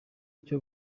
cyo